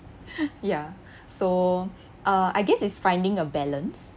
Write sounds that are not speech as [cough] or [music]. [laughs] ya so uh I guess is finding a balance